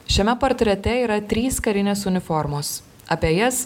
šiame portrete yra trys karinės uniformos apie jas